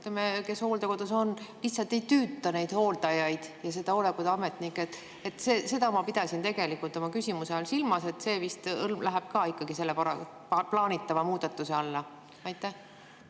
noor, kes hooldekodus on, lihtsalt ei tüüta hooldajaid ja hooldekodu ametnikke. Ma pidasin tegelikult oma küsimuse all silmas, et see vist läheb ka ikkagi selle plaanitava muudatuse alla. Suur